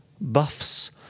buffs